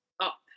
up